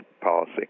policy